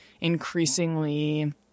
increasingly –